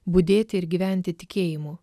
budėti ir gyventi tikėjimu